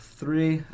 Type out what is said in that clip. three